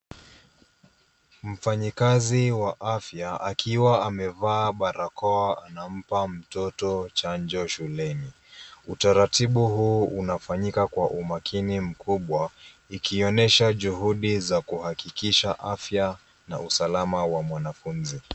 Mfanyikazi wa afya akiwa amevaa barakoa anampa mtoto chanjo shuleni. Utaratibu huu unafanyika kwa umakini mkubwa, ikionyesha juhudi za kuhakikisha afya na usalama wa mwanafunzi.